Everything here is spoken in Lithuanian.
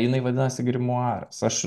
jinai vadinasi girmuaras aš